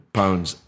pounds